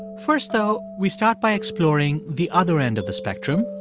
first, though, we start by exploring the other end of the spectrum,